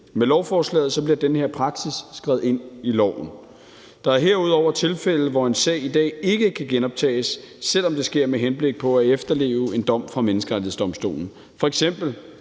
Med lovforslaget bliver den her praksis skrevet ind i loven. Der er herudover tilfælde, hvor en sag i dag ikke kan genoptages, selv om det sker med henblik på at efterleve en dom fra Menneskerettighedsdomstolen,